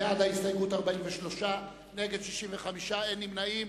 בעד ההסתייגות, 43, נגד, 65, אין נמנעים.